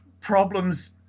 problems